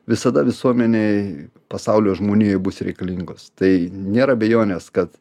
visada visuomenėj pasaulio žmonijoj bus reikalingos tai nėra abejonės kad